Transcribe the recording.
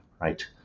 right